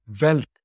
wealth